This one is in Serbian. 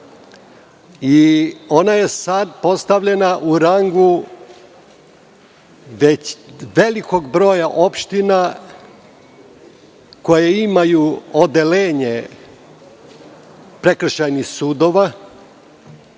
Ona je sada postavljena u rangu već velikog broja opština koje imaju odeljenje prekršajnih sudova,